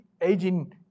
aging